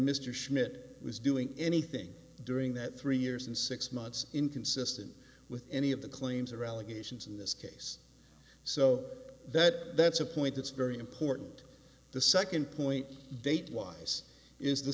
mr schmidt was doing anything during that three years and six months inconsistent with any of the claims or allegations in this case so that that's a point that's very important the second point date wise is the